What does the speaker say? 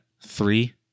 three